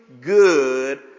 good